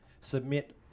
submit